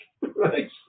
right